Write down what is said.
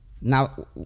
Now